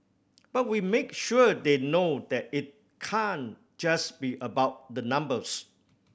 but we make sure they know that it can't just be about the numbers